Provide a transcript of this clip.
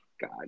God